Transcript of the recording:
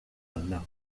unknown